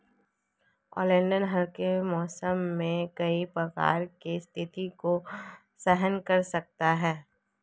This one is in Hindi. ओलियंडर हल्के मौसम में कई प्रकार की स्थितियों को सहन कर सकता है